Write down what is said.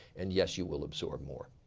and yes you will absorb more